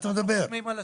אנחנו חותמים על הצ'ק.